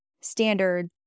standards